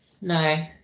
No